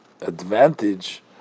advantage